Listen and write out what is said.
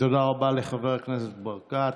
תודה רבה לחבר הכנסת ברקת.